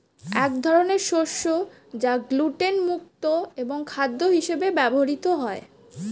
এক ধরনের শস্য যা গ্লুটেন মুক্ত এবং খাদ্য হিসেবে ব্যবহৃত হয়